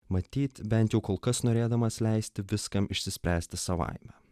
matyt bent jau kol kas norėdamas leisti viskam išsispręsti savaime